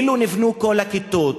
אילו נבנו כל הכיתות,